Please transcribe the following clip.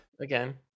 Again